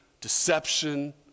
deception